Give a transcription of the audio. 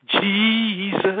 Jesus